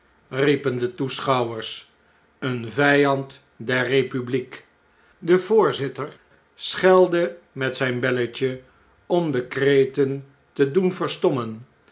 riepen de toeschouwers een vijand der eepubliekl de voorzitter schelde met zjjn belletje om de kreten te doen